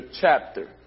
chapter